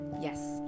Yes